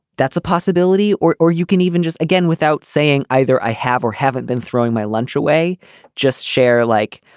that's a possibility. or or you can even just again without saying either i have or haven't been throwing my lunch away just share like.